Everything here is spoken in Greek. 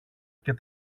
και